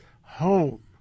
home